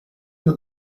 that